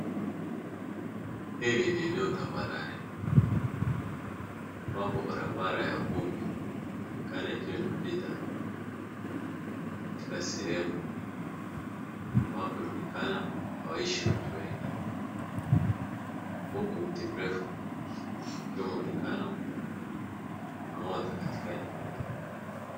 Hili ni eneo tambarare ambapo barabara ya vumbi inaonekana ikiwa imepita katika sehemu ambapo inaonekana hawaishi watu wengi huku mti mrefu ukiwa umeonekana umeota katika eneo hili.